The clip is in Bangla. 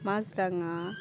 মাছরাঙা